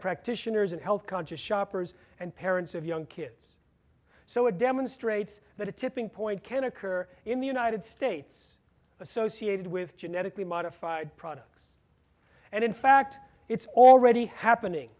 practitioners and health conscious shoppers and parents of young kids so it demonstrates that a tipping point can occur in the united states associated with genetically modified products and in fact it's already happening